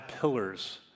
pillars